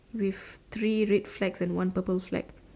with three red flags and one purple flag